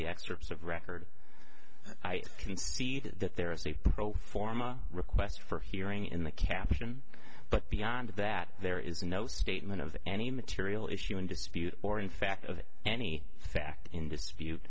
the excerpts of record i concede that there is a pro forma request for hearing in the caption but beyond that there is no statement of any material issue in dispute or in fact of any fact in dispute